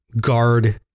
guard